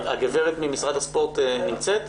הגברת ממשרד הספורט נמצאת?